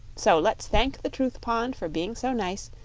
so let's thank the truth pond for being so nice,